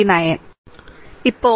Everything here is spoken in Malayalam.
എന്നിവയ്ക്ക് തുല്യമാണ്